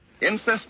Insist